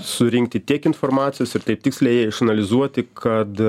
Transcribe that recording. surinkti tiek informacijos ir taip tiksliai išanalizuoti kad